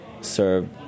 serve